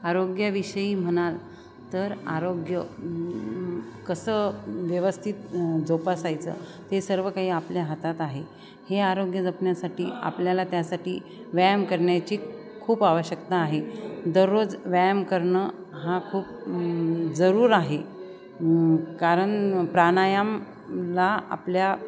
आरोग्यविषयी म्हणाल तर आरोग्य कसं व्यवस्थित जोपासायचं ते सर्व काही आपल्या हातात आहे हे आरोग्य जपण्यासाठी आपल्याला त्यासाठी व्यायाम करण्याची खूप आवश्यकता आहे दररोज व्यायाम करणं हा खूप जरूर आहे कारण प्राणायामला आपल्या